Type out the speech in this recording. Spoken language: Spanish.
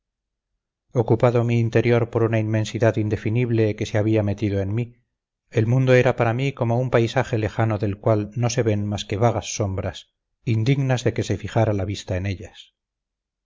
ocupado mi interior por una inmensidad indefinible que se había metido en mí el mundo era para mí como un paisaje lejano del cual no se ven más que vagas sombras indignas de que se fijara la vista en ellas